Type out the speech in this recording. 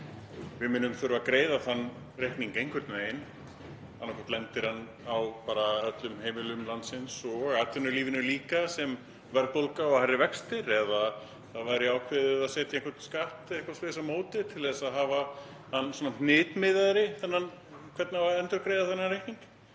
Við munum þurfa að greiða þann reikning einhvern veginn. Annaðhvort lendir hann á bara öllum heimilum landsins og atvinnulífinu líka sem verðbólga og hærri vextir eða það er ákveðið að setja einhvern skatt eða eitthvað svoleiðis á móti til að hafa það svona hnitmiðaðra hvernig á að endurgreiða þennan reikning.